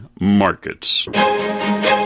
markets